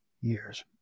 years